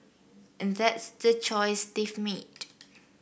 and that's the choice they've made